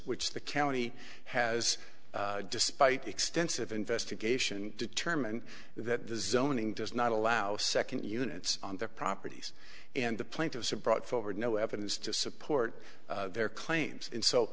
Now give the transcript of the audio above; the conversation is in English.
which the county has despite extensive investigation determined that the zoning does not allow second units on their properties and the plaintiffs are brought forward no evidence to support their claims and so